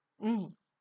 mm